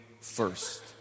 first